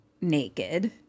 naked